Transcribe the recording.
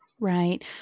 Right